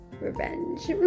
revenge